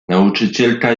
nauczycielka